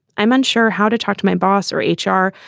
i'm unsure how to talk to my boss or h r.